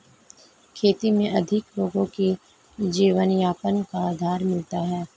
खेती में अधिक लोगों को जीवनयापन का आधार मिलता है